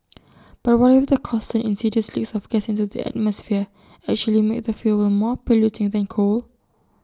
but what if the constant insidious leaks of gas into the atmosphere actually make the fuel more polluting than coal